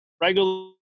regular